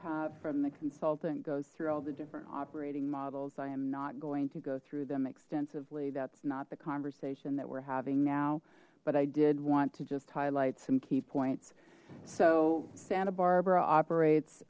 have from the consultant goes through all the different operating models i am not going to go through them extensively that's not the conversation that we're having now but i did want to just highlight some key points so santa barbara operates